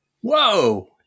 Whoa